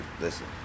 listen